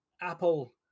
Apple